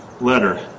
letter